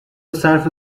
صرف